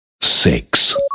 six